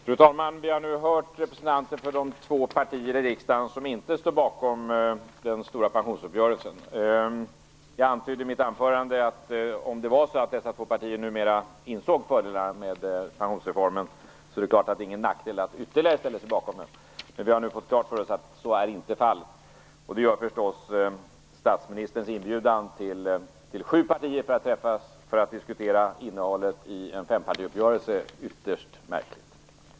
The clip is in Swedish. Fru talman! Vi har nu hört representanter för de två partier i riksdagen som inte står bakom den stora pensionsuppgörelsen. Jag antydde i mitt anförande att om det nu är så att dessa partier numera inser fördelarna med pensionsreformen, så är det naturligtvis ingen nackdel att de också ställer sig bakom den. Vi har nu fått klart för oss att så inte är fallet. Det gör naturligtvis att statsministerns inbjudan, till sju partier till en träff för att diskutera innehållet i en fempartiuppgörelse, blir ytterst märklig.